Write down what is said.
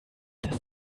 das